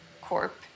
corp